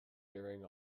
during